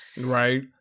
Right